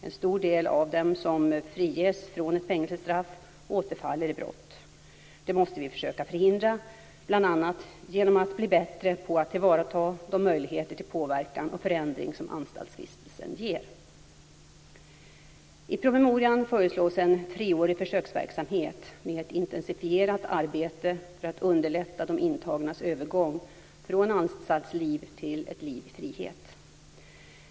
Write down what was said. En stor del av dem som friges från ett fängelsestraff återfaller i brott. Det måste vi försöka förhindra bl.a. genom att bli bättre på att tillvarata de möjligheter till påverkan och förändring som anstaltsvistelsen ger. I promemorian föreslås en treårig försöksverksamhet med ett intensifierat arbete för att underlätta de intagnas övergång från anstaltsliv till ett liv i frihet.